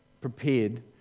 prepared